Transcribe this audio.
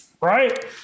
Right